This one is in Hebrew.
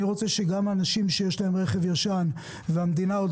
אני רוצה שגם האנשים שיש להם רכב ישן והמדינה עוד